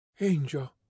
Angel